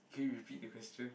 can you repeat the question